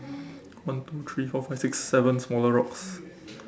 one two three four five six seven smaller rock